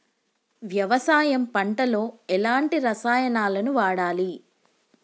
వ్యవసాయం పంట లో ఎలాంటి రసాయనాలను వాడాలి?